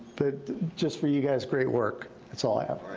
but just for you guys great work. that's all i have.